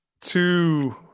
two